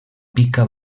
pica